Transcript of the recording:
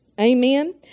Amen